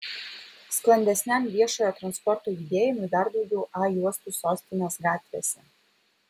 sklandesniam viešojo transporto judėjimui dar daugiau a juostų sostinės gatvėse